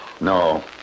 No